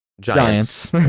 Giants